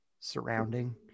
surrounding